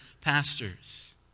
pastors